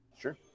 sure